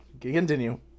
Continue